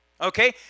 Okay